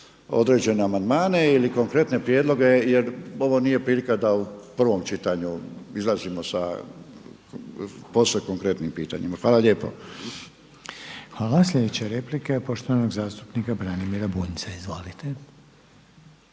određene amandmane ili konkretne prijedloge jer ovo nije prilika da u prvom čitanju izlazimo sa posve konkretnim pitanjima. Hvala lijepo. **Reiner, Željko (HDZ)** Hvala. Sljedeća replika je poštovanog zastupnika Branimira Bunjca. Izvolite.